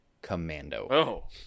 commando